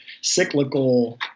cyclical